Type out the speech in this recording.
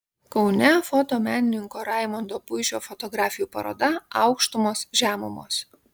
kaune fotomenininko raimondo puišio fotografijų paroda aukštumos žemumos